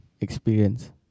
Experience